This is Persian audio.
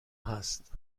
هست